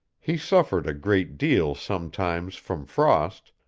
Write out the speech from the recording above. he suffered a great deal sometimes from frost,